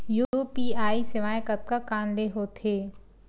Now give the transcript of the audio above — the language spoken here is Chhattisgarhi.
यू.पी.आई सेवाएं कतका कान ले हो थे?